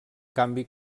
canvi